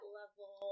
level